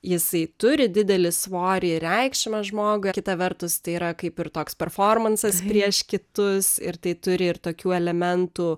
jisai turi didelį svorį reikšmę žmogui kita vertus tai yra kaip ir toks performansas prieš kitus ir tai turi ir tokių elementų